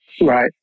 Right